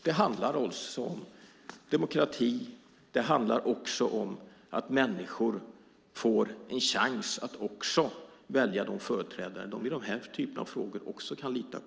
Det handlar om demokrati och om att människor får en chans att välja de företrädare de kan lita på i den här typen av frågor.